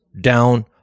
down